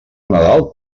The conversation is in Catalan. nadal